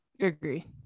agree